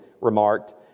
remarked